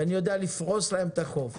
ואני יודע לפרוס להם את החוב,